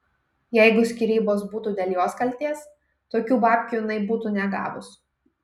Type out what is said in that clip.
jeigu skyrybos būtų dėl jos kaltės tokių babkių jinai būtų negavus